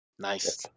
Nice